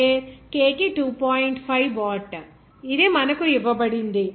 5 watt ఇది మనకు ఇవ్వబడింది